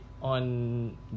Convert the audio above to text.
on